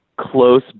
close